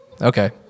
okay